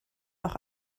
auch